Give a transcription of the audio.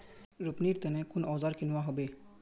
रोपनीर तने कुन औजार किनवा हबे